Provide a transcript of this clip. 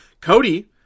Cody